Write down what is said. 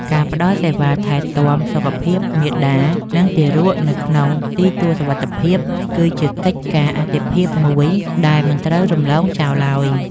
ការផ្តល់សេវាថែទាំសុខភាពមាតា និងទារកនៅក្នុងទីទួលសុវត្ថិភាព គឺជាកិច្ចការអាទិភាពមួយដែលមិនត្រូវរំលងចោលឡើយ។